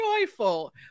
joyful